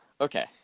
Okay